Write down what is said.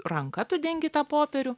ranka tu dengi tą popierių